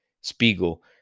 Spiegel